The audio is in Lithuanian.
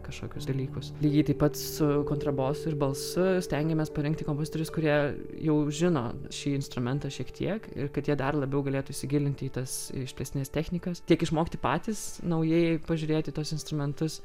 kažkokius dalykus lygiai taip pat su kontrabosu ir balsu stengiamės parinkti kompozitorius kurie jau žino šį instrumentą šiek tiek ir kad jie dar labiau galėtų įsigilinti į tas išplėstines technikas tiek išmokti patys naujai pažiūrėti į tuos instrumentus